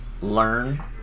learn